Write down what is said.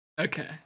Okay